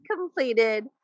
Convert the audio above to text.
completed